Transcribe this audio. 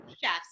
chefs